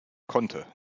konnte